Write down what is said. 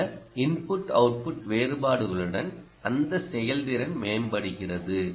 குறைந்த input output வேறுபாடுகளுடன் அந்த செயல்திறன் மேம்படுகிறது